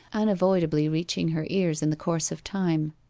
unavoidably reaching her ears in the course of time.